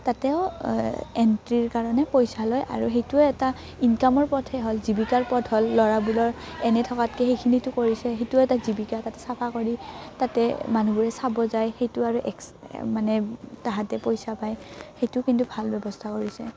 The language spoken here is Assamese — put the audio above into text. তাতেও এণ্ট্ৰিৰ কাৰণে পইচা লয় আৰু সেইটো এটা ইনকামৰ পথে হ'ল জীৱিকাৰ পথ হ'ল ল'ৰাবোৰৰ এনে থকাতকৈ সেইখিনিটো কৰিছে সেইটো এটা জীৱিকা তাতে চাফা কৰি তাতে মানুহবোৰে চাব যায় সেইটো আৰু এক্স মানে তাহাঁতে পইচা পায় সেইটো কিন্তু ভাল ব্যৱস্থা কৰিছে